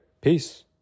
Peace